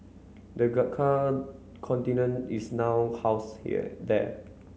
the Gurkha is now house here there